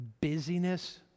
Busyness